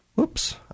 Oops